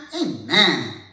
Amen